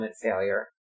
failure